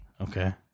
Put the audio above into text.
Okay